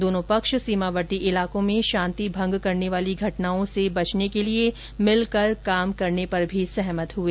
दोनों पक्ष सीमावर्ती इलाकों में शांति भंग करने वाली घटनाओं से बचने के लिए मिलकर काम करने पर भी सहमत हुए